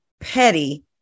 petty